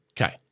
Okay